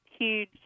huge